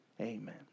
Amen